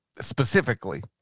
specifically